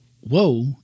Whoa